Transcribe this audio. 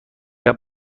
قبل